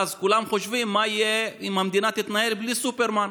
ואז כולם חושבים מה יהיה אם המדינה תתנהל בלי סופרמן,